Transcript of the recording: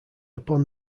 upon